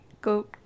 go